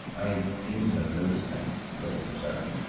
i seem to have noticed that, philip observed.